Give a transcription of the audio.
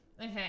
Okay